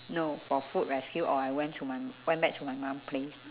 no for food rescue or I went to my went back to my mum place